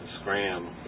scram